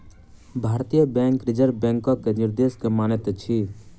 भारतीय bank reserve बैंकक निर्देश के मानैत अछि